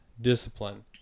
discipline